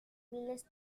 miles